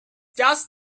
just